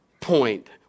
point